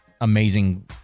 amazing